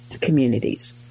communities